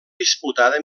disputada